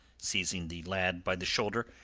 seizing the lad by the shoulder,